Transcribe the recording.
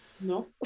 No